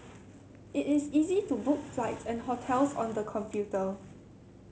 it is easy to book flights and hotels on the computer